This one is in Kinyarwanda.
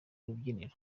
rubyiniro